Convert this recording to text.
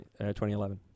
2011